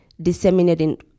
Disseminating